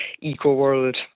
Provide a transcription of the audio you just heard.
eco-world